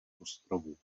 ostrovů